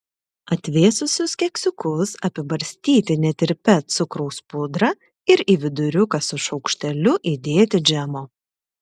atvėsusius keksiukus apibarstyti netirpia cukraus pudra ir į viduriuką su šaukšteliu įdėti džemo